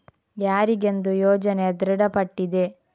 ಯಾರಿಗೆಂದು ಯೋಜನೆ ದೃಢಪಟ್ಟಿದೆ?